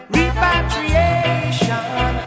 repatriation